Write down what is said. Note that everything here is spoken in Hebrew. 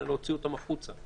אלא להוציא אותם החוצה.